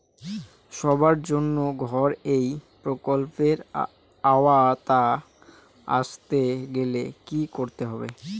সবার জন্য ঘর এই প্রকল্পের আওতায় আসতে গেলে কি করতে হবে?